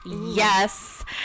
yes